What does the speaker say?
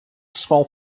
small